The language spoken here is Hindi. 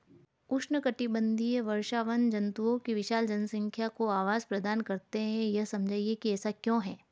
उष्णकटिबंधीय वर्षावन जंतुओं की विशाल जनसंख्या को आवास प्रदान करते हैं यह समझाइए कि ऐसा क्यों है?